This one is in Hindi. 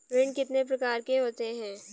ऋण कितने प्रकार के होते हैं?